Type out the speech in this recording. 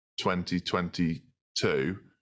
2022